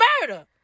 murder